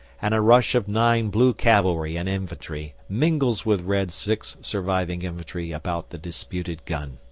and a rush of nine blue cavalry and infantry mingles with red's six surviving infantry about the disputed gun.